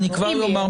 אני אומר מראש.